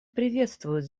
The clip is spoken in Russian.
приветствуют